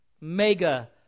mega